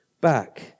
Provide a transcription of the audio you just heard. back